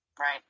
Right